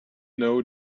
know